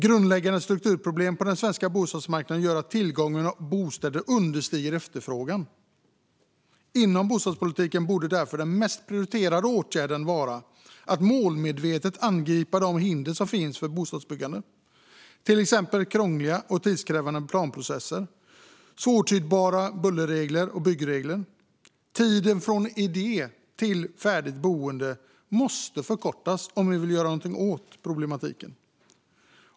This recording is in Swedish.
Grundläggande strukturproblem på den svenska bostadsmarknaden gör att tillgången på bostäder understiger efterfrågan. Inom bostadspolitiken borde därför den mest prioriterade åtgärden vara att målmedvetet angripa de hinder som finns för bostadsbyggande, till exempel krångliga och tidskrävande planprocesser, svårtydbara bullerregler och byggregler. Tiden från idé till färdigt boende måste förkortas om vi vill göra någonting åt problematiken.